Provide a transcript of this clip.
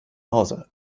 hause